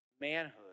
manhood